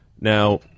Now